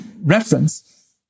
reference